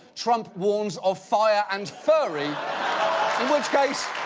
trump warns of fire and furry. in which case,